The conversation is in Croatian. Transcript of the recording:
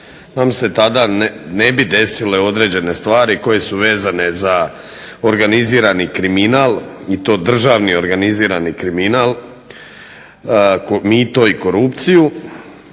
nam se tada ne bi desile određene stvari koje su vezane za organizirani kriminal i to državni organizirani kriminal, mito i korupciju.